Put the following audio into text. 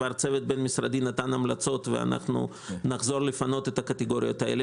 אנחנו נחזור לפנות את הקטגוריות האלו.